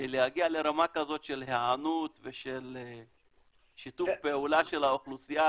להגיע לרמה כזאת של היענות ושל שיתוף פעולה עם האוכלוסייה.